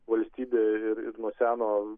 valstybė ir ir nuo seno